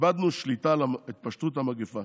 "איבדנו שליטה על התפשטות המגפה.